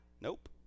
Nope